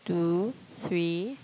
two three